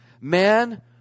Man